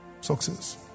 success